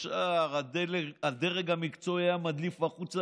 ישר הדרג המקצועי היה מדליף החוצה